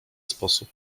sposób